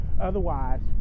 Otherwise